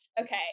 okay